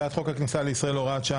לישראל (הוראת שעה,